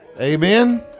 amen